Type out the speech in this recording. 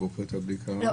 לא.